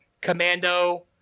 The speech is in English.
Commando